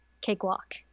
cakewalk